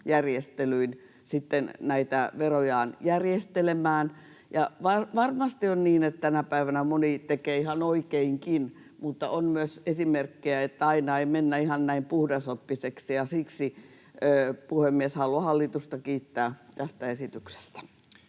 järjestelyin sitten näitä verojaan järjestelemään. Varmasti on niin, että tänä päivänä moni tekee ihan oikeinkin, mutta on myös esimerkkejä, että aina ei mennä ihan näin puhdasoppisesti, ja siksi, puhemies, haluan hallitusta kiittää tästä esityksestä.